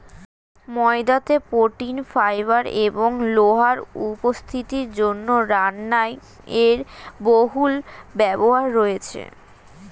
ময়দাতে protein, fibre এবং লোহার উপস্থিতির জন্য রান্নায় এর বহুল ব্যবহার রয়েছে